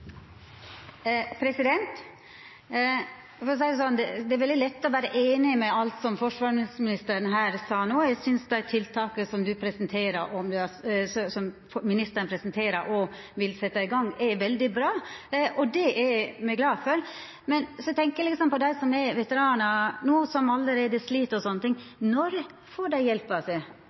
kommer til å fortsette å gjøre i internasjonale operasjoner. Det blir replikkordskifte. Det er veldig lett å vera einig i alt som forsvarsministeren sa her no. Eg synest dei tiltaka som ministeren presenterer, og vil setja i gang, er veldig bra, og det er me glade for. Men så tenkjer eg på dei som er veteranar no, som allereie slit osv. Når får dei hjelp?